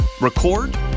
record